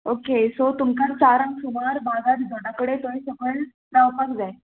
okay so तुमकां चारांक सुमार बागा रिजोटा कडे थंय सकयल लावपाक जाय